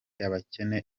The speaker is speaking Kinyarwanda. abakene